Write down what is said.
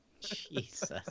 Jesus